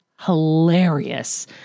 hilarious